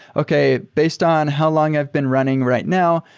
okay, based on how long i've been running right now,